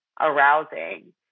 arousing